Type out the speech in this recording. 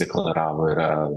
deklaravo yra